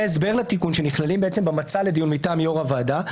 ההסבר לתיקון שנכללים במצע לדיון מטעם יושב-ראש הוועדה.